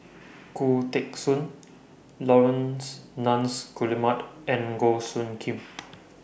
Khoo Teng Soon Laurence Nunns Guillemard and Goh Soo Khim